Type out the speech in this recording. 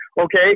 Okay